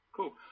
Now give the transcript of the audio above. Cool